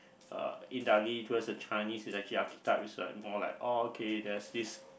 uh indirectly towards the Chinese it's actually archetypes is uh more like oh okay there's this